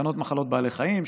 תקנות מחלות בעלי חיים,